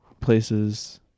places